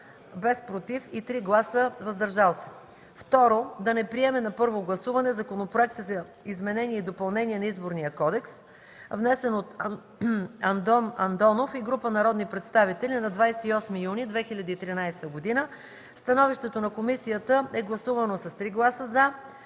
без „против” и 3 гласа „въздържали се”. 2. Да не приеме на първо гласуване Законопроекта за изменение и допълнение на Изборния кодекс, внесен от Андон Андонов и група народни представители на 28 юни 2013 г. Становището на комисията е гласувано с 3 гласа „за”,